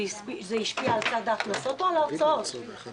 זה השפיע על צד ההכנסות או על צד ההוצאות?